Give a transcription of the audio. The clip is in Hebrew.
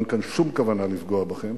אין כאן שום כוונה לפגוע בכם.